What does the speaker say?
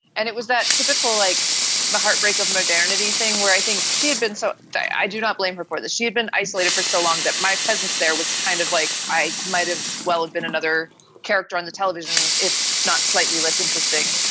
and it was that typical, like the heartbreak of modernity thing where i think she had been. so i do not blame her for that. she had been isolated for so long that my presence there was kind of like i might as well have been another character on the television, if not slightly less interesting.